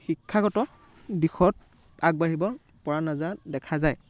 শিক্ষাগত দিশত আগবাঢ়িব পৰা নাযায় দেখা যায়